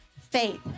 faith